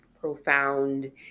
profound